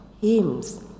Hymns